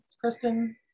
Kristen